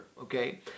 okay